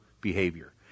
behavior